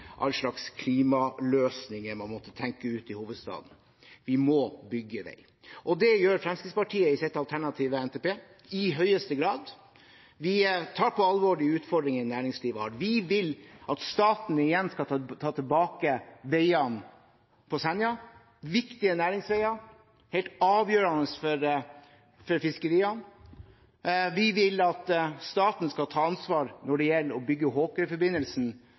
slags klimaløsninger man måtte tenke ut i hovedstaden. Vi må bygge vei. Det gjør Fremskrittspartiet med sin alternative NTP, i høyeste grad. Vi tar på alvor de utfordringene næringslivet har. Vi vil at staten igjen skal ta tilbake veiene på Senja. Det er viktige næringsveier, helt avgjørende for fiskeriene. Vi vil at staten skal ta ansvar når det gjelder å bygge